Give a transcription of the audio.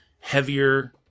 heavier